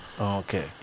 Okay